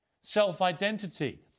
self-identity